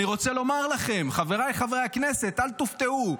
אני רוצה לומר לכם, חבריי חברי הכנסת: אל תופתעו,